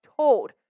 told